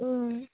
অঁ